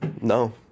No